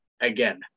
again